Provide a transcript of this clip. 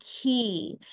key